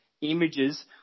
images